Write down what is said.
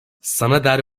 sanader